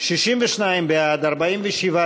ובתי-הסוהר, לשנת הכספים 2017, נתקבל.